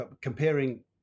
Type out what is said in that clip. Comparing